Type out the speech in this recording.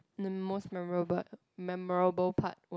the most memorable memorable part was